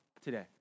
today